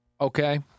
Okay